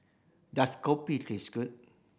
does kopi taste good